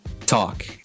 talk